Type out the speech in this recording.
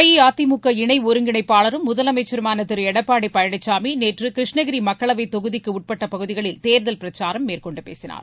அஇஅதிமுக இணை ஒருங்கிணைப்பாளரும் முதலமைச்சருமான திரு எடப்பாடி பழனிசாமி நேற்று கிருஷ்ணகிரி மக்களவை தொகுதிக்கு உட்பட்ட பகுதிகளில் தேர்தல் பிரச்சாரம் மேற்கொண்டு பேசினார்